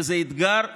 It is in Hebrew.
וזה אתגר עצום,